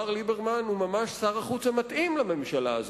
מר ליברמן הוא ממש שר החוץ המתאים לממשלה הזאת.